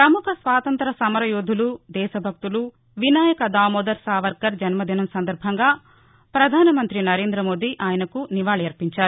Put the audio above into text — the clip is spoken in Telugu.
ప్రముఖ స్వాతంత్ర్య సమరయోధులు దేశ భక్తుడు వినాయక దామోదర్ సావర్కర్ జన్మదినం సందర్బంగా ప్రధాన మంత్రి నరేంద్ర మోదీ ఆయనకు నివాళులర్పించారు